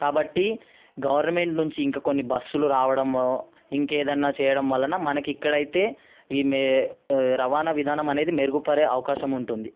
కాబట్టి గవర్నమెంట్ నుంచి ఇంక కొన్ని బస్సులు రావడం ఇంకా ఏదైనా చేయడం వలన మనకు ఇక్కడ అయితే రవాణా విధానం అనేది మెరుగుపడే అవకాశం ఉంటుంది